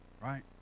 right